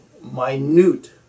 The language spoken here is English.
minute